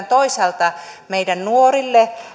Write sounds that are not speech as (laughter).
(unintelligible) toisaalta meidän nuorille